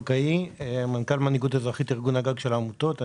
אני מנכ"ל מנהיגות אזרחית ארגון הגג של העמותות.